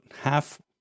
half